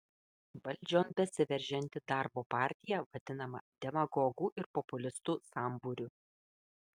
valdžion besiveržianti darbo partija vadinama demagogų ir populistų sambūriu